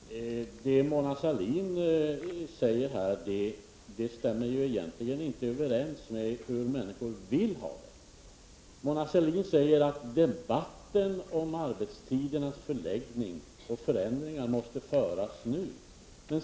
Fru talman! Det Mona Sahlin säger här stämmer egentligen inte överens med hur människor vill ha det. Mona Sahlin säger att debatten om arbetstidens förläggning och förändring måste föras nu.